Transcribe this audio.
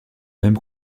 même